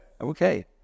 okay